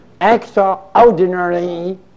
extraordinary